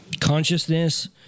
Consciousness